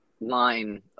line